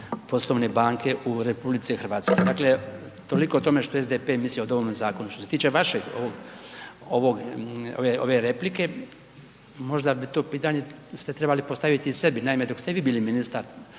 poslovne banke u RH, dakle toliko što SDP misli o ovome zakonu. Što se tiče vašeg ovog, ove replike možda bi to pitanje ste trebali postaviti sebi. Naime, dok ste vi bili ministar